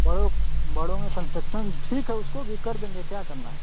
बड़ों बड़ों में कन्सेक्सन ठीक है उसको भी कर देंगे क्या करना है